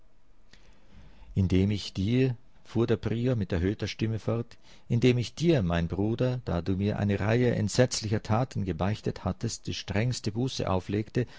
indem ich dir fuhr der prior mit erhöhter stimme fort indem ich dir mein bruder da du mir eine reihe entsetzlicher taten gebeichtet hattest die strengste buße auflegte